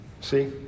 See